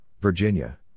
Virginia